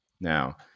Now